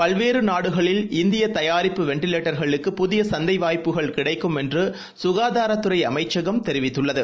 பல்வேறுநாடுகளில் இந்தியதயாரிப்பு வெள்டிவேட்டர்களுக்கு புதியசந்தைவாய்ப்புகள் கிடைக்கும் என்றுசுகாதாரத்துறைஅமைச்சகம் தெரிவித்துள்ளது